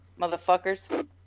motherfuckers